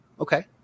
okay